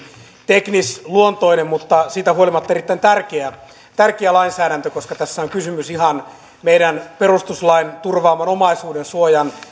teknisluontoinen mutta siitä huolimatta erittäin tärkeä lainsäädäntö koska tässä on kysymys ihan meidän perustuslakimme turvaaman omaisuudensuojan